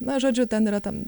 na žodžiu ten yra tam